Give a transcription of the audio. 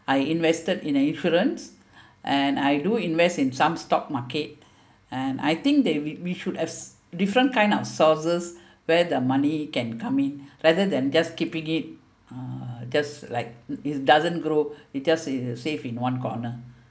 I invested in insurance and I do invest in some stock market and I think that we we should have different kind of sources where the money can come in rather than just keeping it uh just like it doesn't grow it just save in one corner